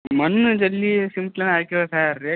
மண் ஜல்லி சிமெண்ட்டெலாம் நான் இறக்கிருறேன் சார் ரேட்